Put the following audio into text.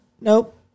nope